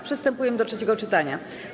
Przystępujemy do trzeciego czytania.